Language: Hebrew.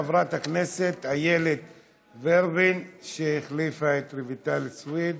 חברת הכנסת איילת ורבין, שהחליפה את רויטל סויד,